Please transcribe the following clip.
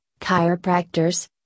chiropractors